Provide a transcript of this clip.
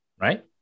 Right